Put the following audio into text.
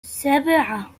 سبعة